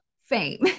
fame